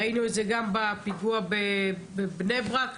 ראינו את זה גם בפיגוע בבני ברק,